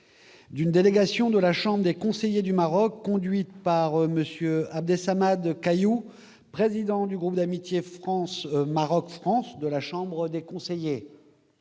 d'une délégation de la Chambre des Conseillers du Royaume du Maroc, conduite par M. Abdessamad Kayouh, président du groupe d'amitié Maroc-France de la Chambre des Conseillers.